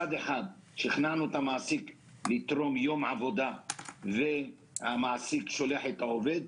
שכנענו את המעסיק לתרום יום עבודה והמעסיק שולח את העובד,